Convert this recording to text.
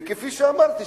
וכפי שאמרתי,